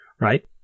right